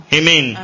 Amen